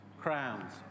crowns